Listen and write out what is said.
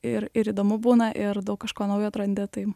ir ir įdomu būna ir daug kažko naujo atrandi tai